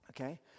Okay